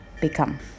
become